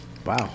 Wow